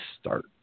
start